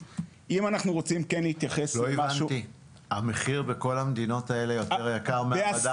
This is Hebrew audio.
המחיר בכל המדינות האלה יותר יקר מהמחיר במדף במדינות ישראל?